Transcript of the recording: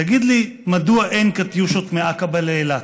תגיד לי, מדוע אין קטיושות מעקבה לאילת?".